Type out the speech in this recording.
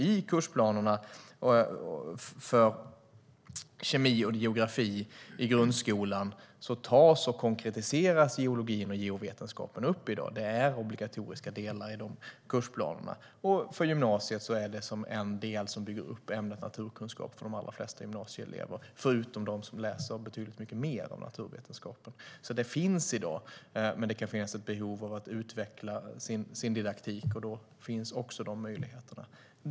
I kursplanerna för kemi och geografi i grundskolan konkretiseras geologi och geovetenskap. De är obligatoriska delar i de kursplanerna. För gymnasiet ingår de som en del som bygger upp ämnet naturkunskap för de allra flesta gymnasieelever, förutom för dem som läser betydligt mer än naturvetenskap. Ämnet finns i dag, men det kan finnas ett behov av att utveckla sin didaktik. De möjligheterna finns.